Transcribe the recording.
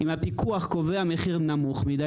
אם הפיקוח קובע מחיר נמוך מידי,